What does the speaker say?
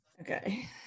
Okay